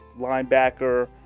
linebacker